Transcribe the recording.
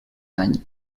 any